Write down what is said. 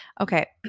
Okay